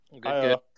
Good